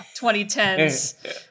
2010s